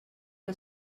que